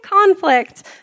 conflict